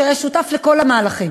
שהיה שותף לכל המהלכים.